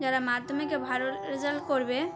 যারা মাধ্যমিকে ভালো রেজাল্ট করবে